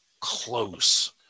close